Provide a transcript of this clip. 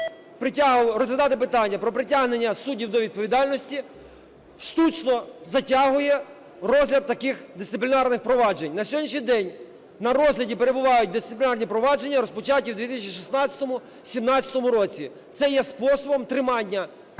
розглядати питання про притягнення суддів до відповідальності штучно затягує розгляд таких дисциплінарних проваджень. На сьогоднішній день на розгляді перебувають дисциплінарні провадження, розпочаті у 2016-17-му році. Це є способом тримання